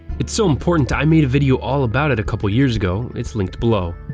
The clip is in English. it's so important i made a video all about it a couple years ago, it's linked below.